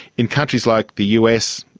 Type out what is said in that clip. in countries like the us,